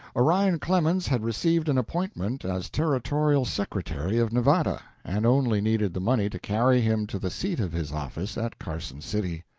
orion clemens had received an appointment as territorial secretary of nevada, and only needed the money to carry him to the seat of his office at carson city.